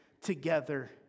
together